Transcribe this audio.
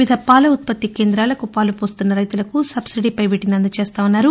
వివిధ పాల ఉత్పత్తి కేంద్రాలకు పాలు పోస్తున్న రైతులకు సబ్సిడీపై వీటిని అందజేస్తామన్నారు